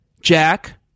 Jack